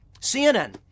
CNN